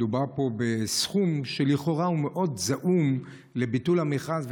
מדובר פה בסכום שלכאורה הוא מאוד זעום לביטול המכרז,